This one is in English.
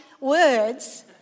words